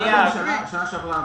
שנה שעברה